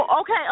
okay